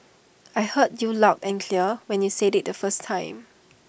I heard you loud and clear when you said IT the first time